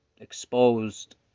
exposed